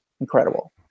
incredible